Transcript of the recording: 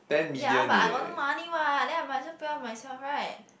ya but I got no money what then I might as well pay off myself right